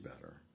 better